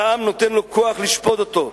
שהעם נותן לו כוח לשפוט אותו,